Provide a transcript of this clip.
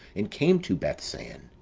and came to bethsan.